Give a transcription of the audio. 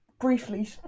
briefly